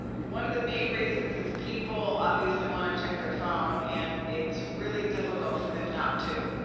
one of the main reasons is people obviously wanna check their phone and it's really difficult for them not to.